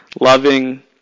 loving